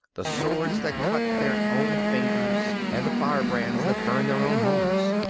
the swords that cut their own fingers, and the firebrands that burn their own homes.